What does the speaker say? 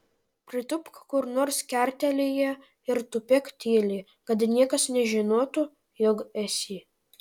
pritūpk kur nors kertelėje ir tupėk tyliai kad niekas nežinotų jog esi